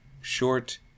short